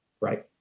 Right